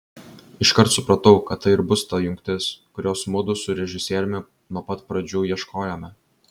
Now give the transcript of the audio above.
iškart supratau kad tai ir bus ta jungtis kurios mudu su režisieriumi nuo pat pradžių ieškojome